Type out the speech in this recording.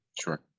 Sure